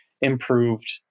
improved